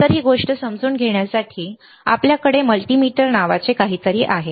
तर ही गोष्ट समजून घेण्यासाठी आपल्याकडे मल्टीमीटर नावाचे काहीतरी आहे